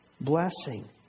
blessing